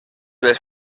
les